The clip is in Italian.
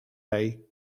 lei